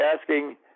asking